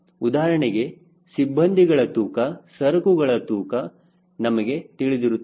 ಉದಾಹರಣೆಗೆ ಸಿಬ್ಬಂದಿಗಳ ತೂಕ ಸರಕುಗಳ ತೂಕ ನಮಗೆ ತಿಳಿದಿರುತ್ತದೆ